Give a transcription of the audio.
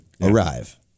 arrive